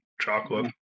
chocolate